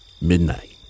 Midnight